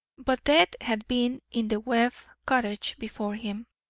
but death had been in the webb cottage before him,